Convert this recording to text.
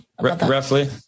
Roughly